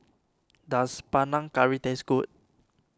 does Panang Curry taste good